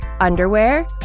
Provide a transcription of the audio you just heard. underwear